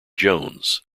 jones